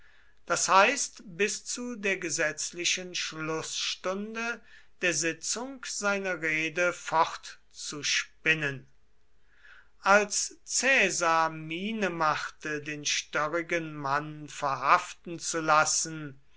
das heißt bis zu der gesetzlichen schlußstunde der sitzung seine rede fortzuspinnen als caesar miene machte den störrigen mann verhaften zu lassen